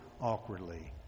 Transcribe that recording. awkwardly